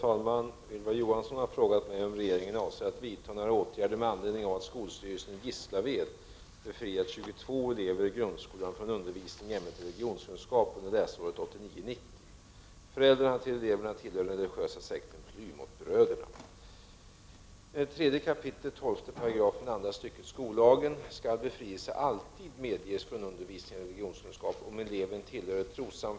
Ylva Johansson har frågat mig om regeringen avser att vidta några åtgärder med anledning av att skolstyrelsen i Gislaved befriat 22 elever i grundskolan från undervisning i ämnet religionskunskap under läsåret 1989/90. Föräldrarna till eleverna tillhör den religiösa sekten Plymouth-bröderna.